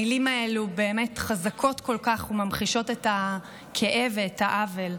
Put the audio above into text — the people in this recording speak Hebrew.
המילים האלה באמת חזקות כל כך וממחישות את הכאב ואת העוול.